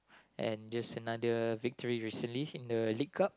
and just another victory recently in the League Cup